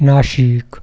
Nashik